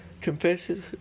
confesses